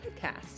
podcast